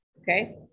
Okay